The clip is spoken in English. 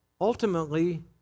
ultimately